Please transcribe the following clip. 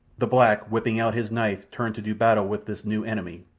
the black, whipping out his knife, turned to do battle with this new enemy,